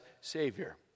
Savior